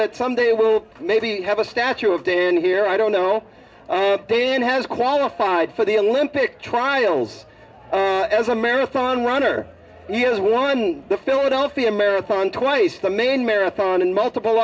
that someday we'll maybe have a statue of dan here i don't know dana has qualified for the olympic trials as a marathon runner he is one the philadelphia marathon twice the main marathon and multiple